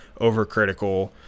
overcritical